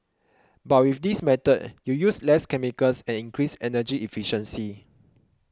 but with this method you use less chemicals and increase energy efficiency